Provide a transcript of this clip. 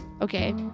Okay